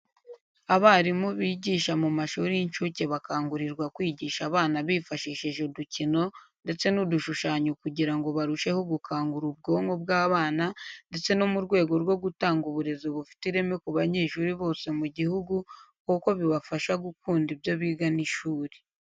Abarimu bigisha mu mashuri y'incuke bakangurirwa kwigisha abana bifashishije udukino ndetse n'udushushanyo kugira ngo barusheho gukangura ubwonko bw'abana ndetse no mu rwego rwo gutanga uburezi bufite ireme ku banyeshuri bose mu gihugu kuko bibafasha gukunda ibyo biga n'ishuri.